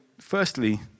firstly